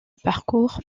parcours